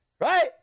Right